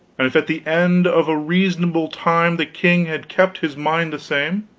and if at the end of a reasonable time the king had kept his mind the same,